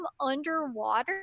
underwater